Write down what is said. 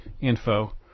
info